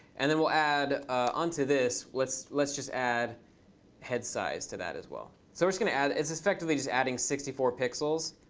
and then we'll add onto this. let's let's just add head size to that as well. so we're going to add it's effectively just adding sixty four pixels.